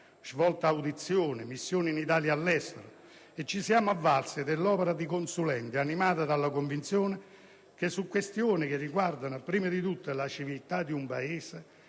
svolto audizioni, missioni in Italia e all'estero e ci siamo avvalsi dell'opera di consulenti, animati dalla convinzione che su questioni che riguardano prima di tutto la civiltà di un Paese